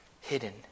hidden